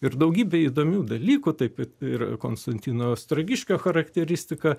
ir daugybę įdomių dalykų taip ir konstantino ostrogiškio charakteristika